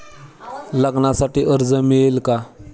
लग्नासाठी कर्ज मिळेल का?